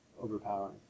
overpowering